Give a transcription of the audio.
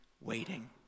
waiting